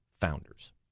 founders